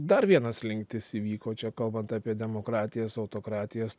dar viena slinktis įvyko čia kalbant apie demokratijas autokratijas